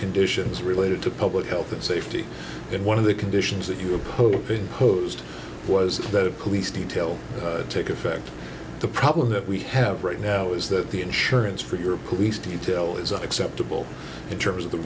conditions related to public health and safety and one of the conditions that you oppose impose was that a police detail take effect the problem that we have right now is that the insurance for your police detail is acceptable in terms of the